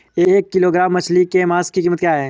एक किलोग्राम मछली के मांस की कीमत क्या है?